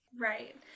Right